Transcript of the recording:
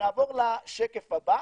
השקף הבא